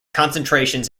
concentrations